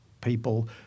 people